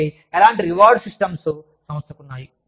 కాబట్టి ఎలాంటి reward systems సంస్థకు ఉన్నాయి